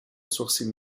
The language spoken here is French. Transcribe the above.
sourcils